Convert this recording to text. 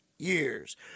Years